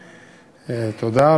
תודה.